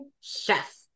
Chef